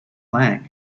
lange